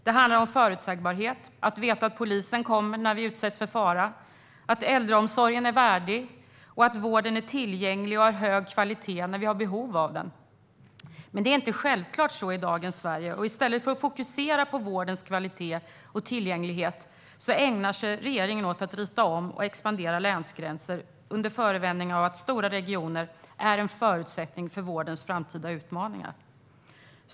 Det handlar om förutsägbarhet, att veta att polisen kommer när vi utsätts för fara, att äldreomsorgen är värdig och att vården är tillgänglig och har hög kvalitet när vi har behov av den. Men det är inte självklart så i dagens Sverige. I stället för att fokusera på vårdens kvalitet och tillgänglighet ägnar sig regeringen åt att rita om och expandera länsgränser under förevändning att stora regioner är en förutsättning för vårdens framtida utmaningar.